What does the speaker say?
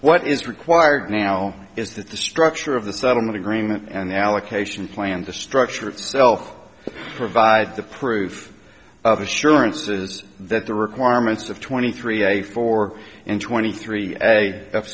what is required now is that the structure of the settlement agreement and the allocation plan the structure itself provide the proof of assurances that the requirements of twenty three a four and twenty three a s